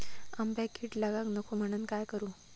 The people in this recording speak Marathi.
आंब्यक कीड लागाक नको म्हनान काय करू?